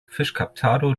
fiŝkaptado